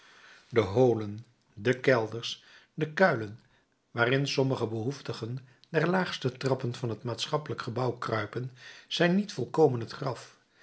de holen de kelders de kuilen waarin sommige behoeftigen der laagste trappen van het maatschappelijk gebouw kruipen zijn niet volkomen het graf